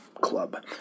club